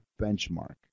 benchmark